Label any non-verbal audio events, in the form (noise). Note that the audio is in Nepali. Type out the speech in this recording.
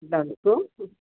(unintelligible)